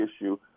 issue